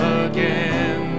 again